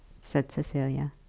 said cecilia.